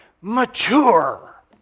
mature